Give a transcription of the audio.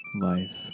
life